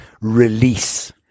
release